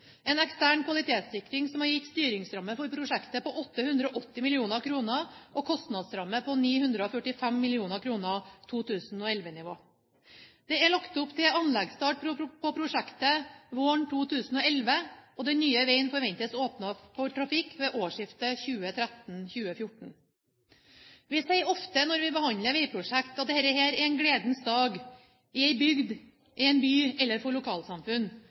en ekstern kvalitetssikring som har gitt en styringsramme for prosjektet på 880 mill. kr og en kostnadsramme på 945 mill. kr, 2011-nivå. Det er lagt opp til anleggsstart på prosjektet våren 2011, og den nye veien forventes åpnet for trafikk ved årsskiftet 2013–2014. Vi sier ofte når vi behandler veiprosjekt at dette er en gledens dag i en bygd, i en by eller for lokalsamfunn.